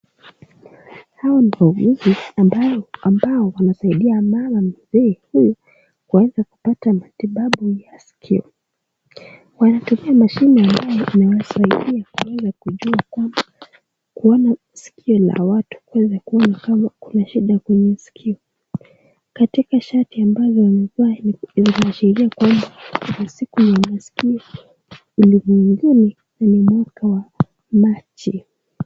Hawa ni waguzi ambao ambao wanasaidia mama mzee huyu kuweza kupata matibabu ya sikio. Wanatumia mashine ambayo inawasaidia kuweza kujua kwamba kuona sikio la watu kuweza kuona kama kuna shida kwenye sikio. Katika shati ambazo wamevaa inaashiria kwamba ni siku ya masikio duniani na ni mwezi wa Machi.